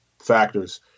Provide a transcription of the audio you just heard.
factors